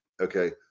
okay